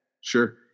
Sure